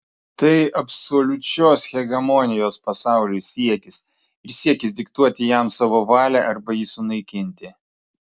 tai absoliučios hegemonijos pasauliui siekis ir siekis diktuoti jam savo valią arba jį sunaikinti